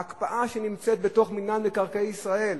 ההקפאה שנמצאת בתוך מינהל מקרקעי ישראל,